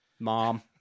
Mom